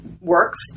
works